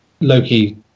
Loki